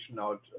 out